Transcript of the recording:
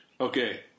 Okay